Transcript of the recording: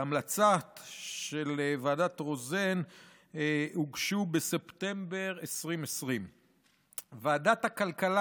ההמלצות של ועדת רוזן הוגשו בספטמבר 2020. ועדת הכלכלה